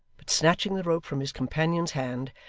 but snatching the rope from his companion's hand,